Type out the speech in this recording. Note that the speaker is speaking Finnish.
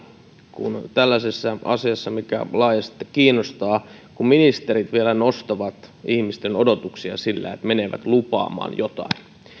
kun tällaisessa asiassa mikä laajasti kiinnostaa ministerit vielä nostavat ihmisten odotuksia sillä että menevät lupaamaan jotain